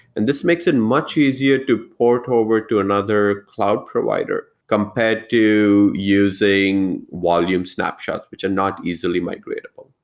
and this makes it much easier to port over to another cloud provider compared to using volume snapshots, which are not easily migratable.